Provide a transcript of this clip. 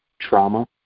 trauma